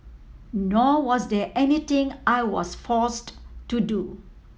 nor was there anything I was forced to do